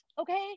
Okay